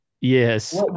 Yes